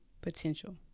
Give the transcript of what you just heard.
potential